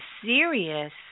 serious